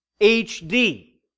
HD